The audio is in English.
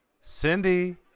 cindy